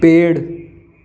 पेड़